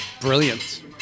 brilliant